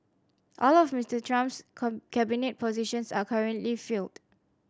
all of Mister Trump's cabinet positions are currently filled